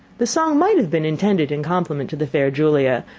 the song might have been intended in compliment to the fair julia,